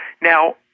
Now